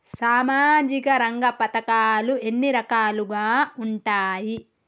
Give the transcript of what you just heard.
సామాజిక రంగ పథకాలు ఎన్ని రకాలుగా ఉంటాయి?